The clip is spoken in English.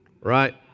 right